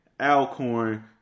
Alcorn